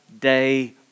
day